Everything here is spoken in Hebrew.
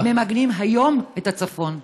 ממגנים היום את הצפון.